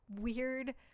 weird